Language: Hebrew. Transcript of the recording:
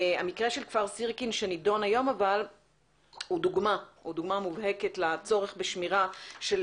המקרה של כפר סירקין שנידון היום הוא דוגמא מובהקת לצורך בשמירה של